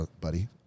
buddy